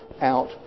out